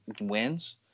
wins